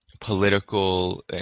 political